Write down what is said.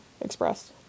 expressed